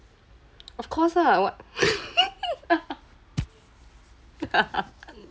of course ah [what]